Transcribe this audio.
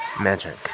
magic